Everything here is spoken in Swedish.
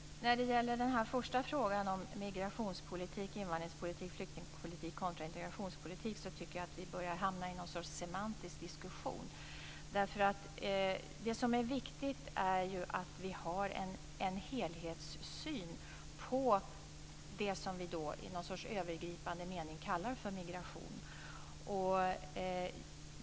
Herr talman! När det gäller den första frågan om migrationspolitik, invandringspolitik och flyktingpolitik kontra integrationspolitik tycker jag att vi har hamnat i något slags semantisk diskussion. Det som är viktigt är att vi har en helhetssyn på det som vi i någon övergripande mening kallar för migration.